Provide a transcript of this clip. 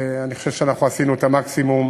אני חושב שאנחנו עשינו את המקסימום,